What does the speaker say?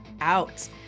out